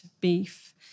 beef